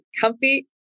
comfy